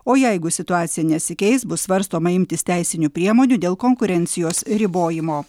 o jeigu situacija nesikeis bus svarstoma imtis teisinių priemonių dėl konkurencijos ribojimo